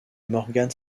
morgan